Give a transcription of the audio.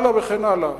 וכן הלאה וכן הלאה.